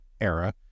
era